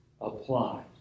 apply